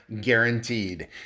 guaranteed